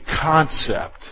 concept